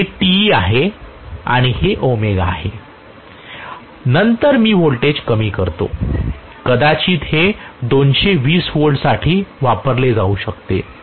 तर हे Te आहे आणि हे आहे नंतर मी व्होल्टेज कमी करतो कदाचित हे 220 V साठी वापरले जाऊ शकते